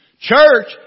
Church